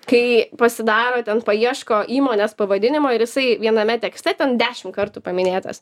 kai pasidaro ten paieško įmonės pavadinimo ir jisai viename tekste ten dešim kartų paminėtas